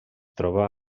troba